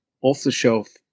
off-the-shelf